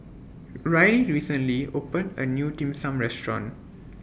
Ryley recently opened A New Dim Sum Restaurant